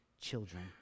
children